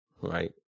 right